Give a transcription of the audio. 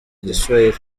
igiswahili